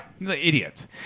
Idiots